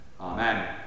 Amen